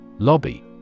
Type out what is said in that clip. Lobby